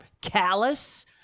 callous